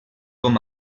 com